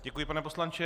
Děkuji, pane poslanče.